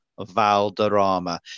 Valderrama